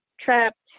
trapped